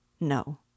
No